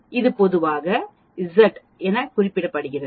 இது பொதுவாக Z என குறிப்பிடப்படுகிறது